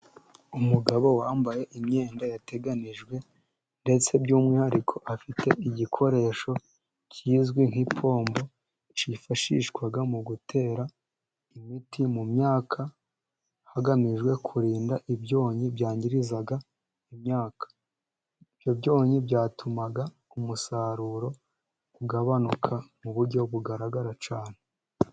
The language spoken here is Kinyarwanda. Umugabo wambaye imyenda yateganijwe, ndetse by'umwihariko afite igikoresho kizwi nk'ipompo cyifashishwa mu gutera imiti mu myaka, hagamijwe kurinda ibyonnyi byangiriza imyaka, ibyo byonnyi byatumaga umusaruro ugabanuka mu buryo bugaragara cyane.